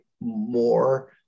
more